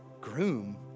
groom